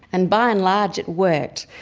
and by and large, it worked.